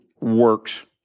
works